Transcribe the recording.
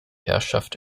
herrschaft